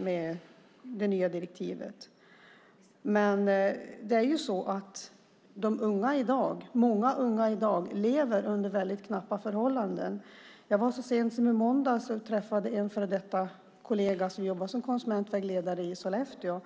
Många unga lever i dag under knappa förhållanden. Så sent som i måndags träffade jag en före detta kollega som jobbar som konsumentvägledare i Sollefteå.